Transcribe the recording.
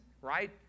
right